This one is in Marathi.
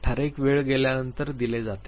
ठराविक वेळ गेल्यानंतर दिले जाते